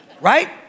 Right